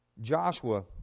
Joshua